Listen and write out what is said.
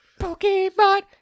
Pokemon